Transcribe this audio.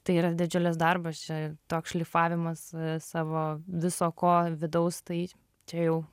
tai yra didžiulis darbas čia toks šlifavimas savo viso ko vidaus tai čia jau